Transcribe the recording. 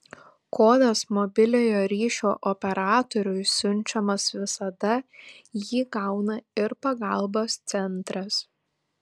kodas mobiliojo ryšio operatoriui siunčiamas visada jį gauna ir pagalbos centras